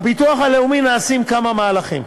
בביטוח הלאומי נעשים כמה מהלכים.